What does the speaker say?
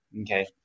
okay